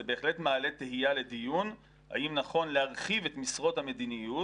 זה בהחלט מעלה תהייה לדיון האם נכון להרחיב את משרות המדיניות,